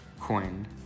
coin